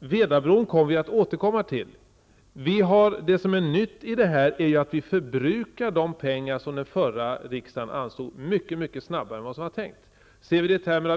Vedabron återkommer vi till. Det som är nytt är att vi förbrukar de pengar den förra riksdagen anslog mycket snabbare än det var tänkt.